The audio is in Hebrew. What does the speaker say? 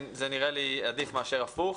זה נראה לי עדיף מאשר לעשות הפוך.